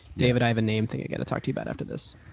david, i have a name thing again to talk to you about after this.